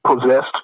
possessed